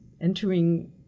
entering